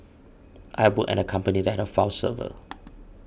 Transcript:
I've worked at a company that had a file server